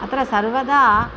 अत्र सर्वदा